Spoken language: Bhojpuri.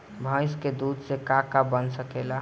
भइस के दूध से का का बन सकेला?